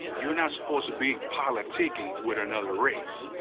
you're not supposed to be politicking with another race.